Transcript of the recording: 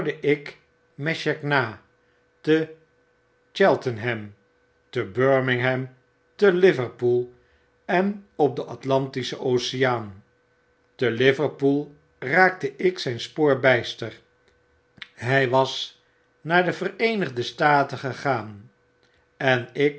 na te cheltenham te birmingham te liverpool en op den atlantischen oceaan te liverpool raakte ik zyn spoor byster hy was naar devereenigde staten gegaan en ik